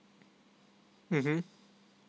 mm